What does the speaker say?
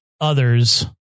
others